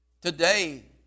today